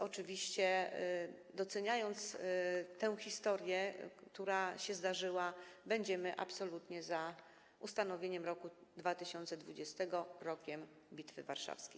Oczywiście doceniając tę historię, która się zdarzyła, będziemy absolutnie za ustanowieniem roku 2020 Rokiem Bitwy Warszawskiej.